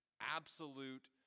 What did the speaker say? absolute